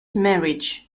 marriage